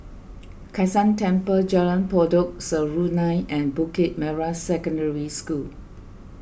Kai San Temple Jalan Pokok Serunai and Bukit Merah Secondary School